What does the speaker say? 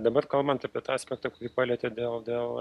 dabar kalbant apie tą aspektą kurį palietėt dėl dėl